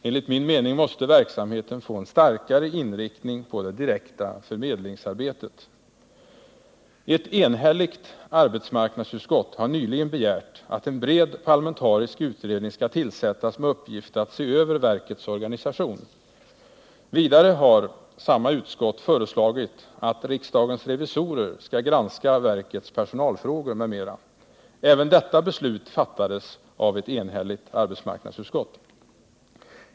Enligt min mening måste verksamheten få en starkare inriktning på det direkta förmedlingsarbetet. Ett enhälligt arbetsmarknadsutskott har nyligen begärt att en bred parlamentarisk utredning skall tillsättas med uppgift att se över verkets organisation. Vidare har utskottet föreslagit att riksdagens revisorer skall granska verkets personalfrågor m.m. Även detta beslut fattades av ett enhälligt arbetsmarknadsutskott.